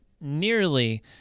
nearly